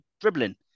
dribbling